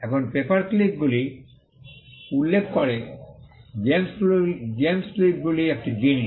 এখন পেপারক্লিপগুলি উল্লেখ করে জেমক্লিপগুলি একটি জিনিস